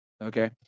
okay